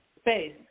space